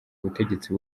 ubutegetsi